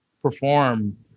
Perform